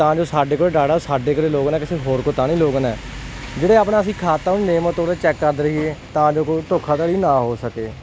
ਤਾਂ ਜੋ ਸਾਡੇ ਕੋਲ ਡਾਟਾ ਸਾਡੇ ਕੋਲ ਲੋਗਇਨ ਕਿਸੇ ਹੋਰ ਕੋਲ ਤਾਂ ਨਹੀਂ ਲੋਗਇਨ ਹੈ ਜਿਹੜੇ ਆਪਣਾ ਅਸੀਂ ਖਾਤਾ ਉਹਨੂੰ ਨਿਯਮਿਤ ਚੈੱਕ ਕਰਦੇ ਰਹੀਏ ਤਾਂ ਜੋ ਕੋਈ ਧੋਖਾਧੜੀ ਨਾ ਹੋ ਸਕੇ